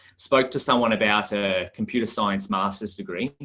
spoke to someone about a computer science master's degree.